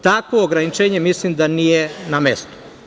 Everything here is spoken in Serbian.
Takvo ograničenje mislim da nije na mestu.